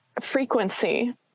Frequency